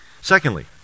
Secondly